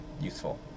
useful